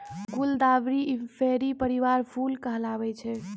गुलदावरी इंफेरी परिवार के फूल कहलावै छै